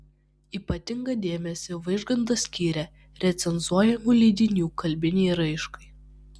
ypatingą dėmesį vaižgantas skyrė recenzuojamų leidinių kalbinei raiškai